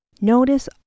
Notice